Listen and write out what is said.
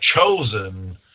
chosen